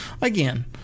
Again